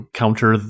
counter